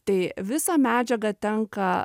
tai visą medžiagą tenka